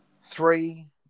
three